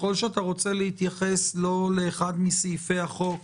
ככל שאתה רוצה להתייחס לא לאחד מסעיפי הצעת החוק